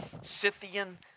Scythian